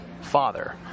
father